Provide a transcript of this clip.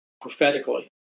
prophetically